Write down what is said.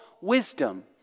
wisdom